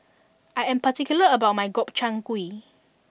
I am particular about my Gobchang Gui